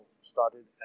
started